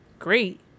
great